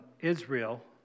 Israel